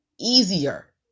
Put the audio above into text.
easier